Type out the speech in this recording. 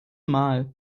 mal